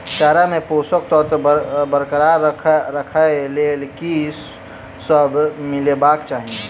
चारा मे पोसक तत्व बरकरार राखै लेल की सब मिलेबाक चाहि?